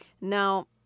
Now